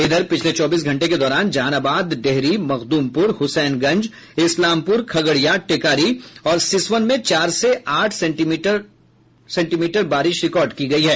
इधर पिछले चौबीस घंटे के दौरान जहानाबाद डेहरी मखदुमपुर हुसैनगंज इस्लामपुर खगड़िया टेकारी और सिसवन में चार से आठ सेंटीमीटर बारिश रिकॉर्ड की गयी है